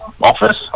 office